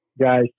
guys